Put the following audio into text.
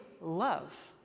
love